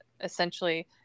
essentially